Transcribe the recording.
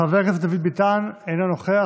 חבר הכנסת דוד ביטן, אינו נוכח.